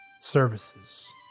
services